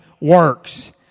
works